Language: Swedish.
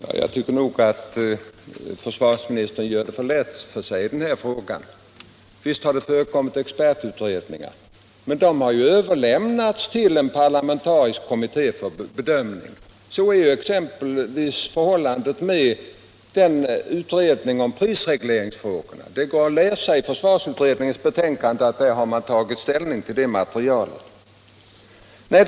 Herr talman! Jag tycker att försvarsministern gör det för lätt för sig i den här frågan. Visst har det förekommit expertutredningar. Men de har ju överlämnats till en parlamentarisk kommitté för bedömning. Så är exempelvis förhållandet med utredningen om prisregleringsfrågorna. Det framgår av försvarsutredningens betänkande att den tagit ställning till det materialet. Nej!